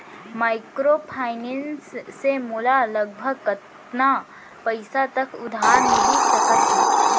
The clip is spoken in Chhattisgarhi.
माइक्रोफाइनेंस से मोला लगभग कतना पइसा तक उधार मिलिस सकत हे?